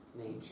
nature